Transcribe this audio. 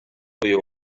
uyu